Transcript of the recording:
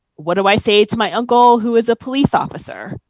what do i say to my uncle who is a police officer,